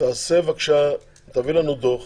תביא לנו דוח